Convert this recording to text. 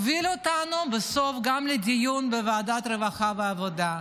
הוביל אותנו בסוף גם לדיון בוועדת העבודה והרווחה,